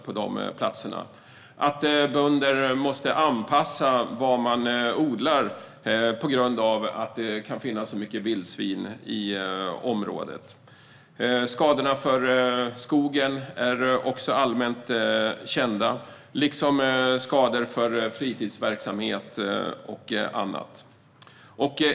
Bönderna måste anpassa vad de odlar på grund av att det kan finnas så mycket vildsvin i området. Skadorna på skogen är också allmänt kända, liksom skador för fritidsverksamhet och annat.